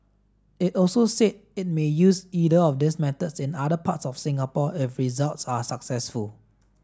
it also said it may use either of these methods in other parts of Singapore if results are successful